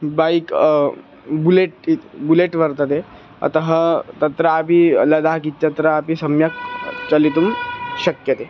bike bullet इति bullet वर्तते अतः तत्रापि लदाक् इत्यत्रापि सम्यक् चलितुं शक्यते